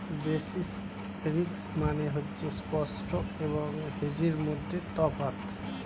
basis risk মানে হচ্ছে spot এবং হেজের মধ্যে তফাৎ